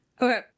Okay